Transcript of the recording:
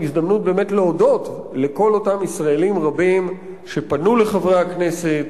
וזו ההזדמנות באמת להודות לכל אותם ישראלים רבים שפנו אל חברי הכנסת